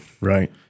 Right